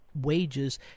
wages